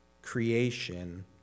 creation